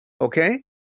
Okay